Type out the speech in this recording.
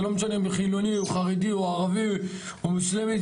זה לא משנה אם הוא חילוני או חרדי או ערבי או מוסלמי,